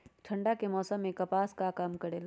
ठंडा के समय मे कपास का काम करेला?